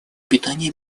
питания